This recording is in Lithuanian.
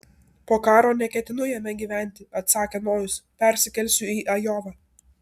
po karo neketinu jame gyventi atsakė nojus persikelsiu į ajovą